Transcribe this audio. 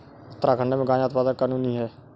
उत्तराखंड में गांजा उत्पादन कानूनी है